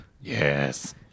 Yes